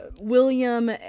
William